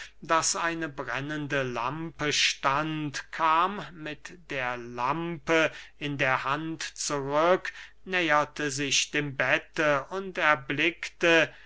daß eine brennende lampe stand kam mit der lampe in der hand zurück näherte sich dem bette und erblickte